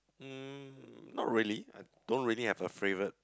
mm not really I don't really have a favourite